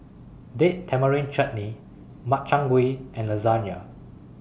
Date Tamarind Chutney Makchang Gui and Lasagne